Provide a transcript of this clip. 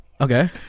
Okay